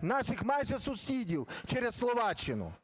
наших майже сусідів, через Словаччину.